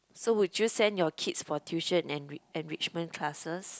so would you send your kids for tuition en~ enrichment classes